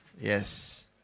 Yes